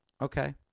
Okay